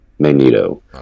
Magneto